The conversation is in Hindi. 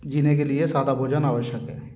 जीने के लिए सादा भोजन आवश्यक है